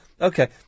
okay